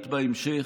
הכנסת השכל,